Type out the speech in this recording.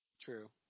True